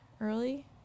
early